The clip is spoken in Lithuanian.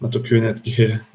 na tokių netgi be